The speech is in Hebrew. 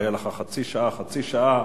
היתה לך חצי שעה, חצי שעה,